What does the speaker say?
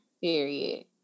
period